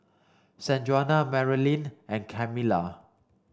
Sanjuana Marylyn and Kamilah